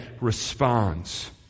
responds